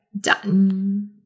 Done